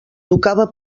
tocava